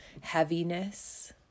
heaviness